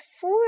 four